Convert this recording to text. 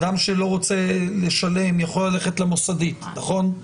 אדם שלא רוצה לשלם יכול ללכת למוסדית, נכון?